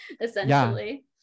essentially